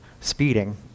speeding